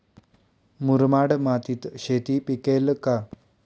मुरमाड मातीत शेती पिकेल का?